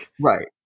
Right